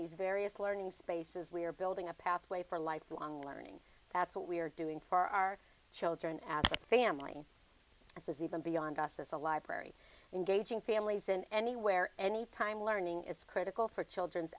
these various learning spaces we're building a pathway for lifelong learning that's what we are doing far children as a family as even beyond us as a library engaging families in anywhere anytime learning is critical for children's